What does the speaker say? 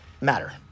matter